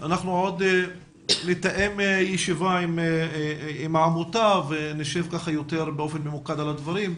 אנחנו עוד נתאם ישיבה עם העמותה ונשב יותר באופן ממוקד על הדברים,